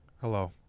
Hello